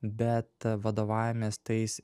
bet vadovaujamės tais